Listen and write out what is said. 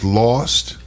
lost